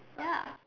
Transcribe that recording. ya